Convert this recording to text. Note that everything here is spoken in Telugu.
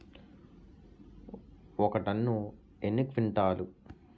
ఒక టన్ను ఎన్ని క్వింటాల్లు?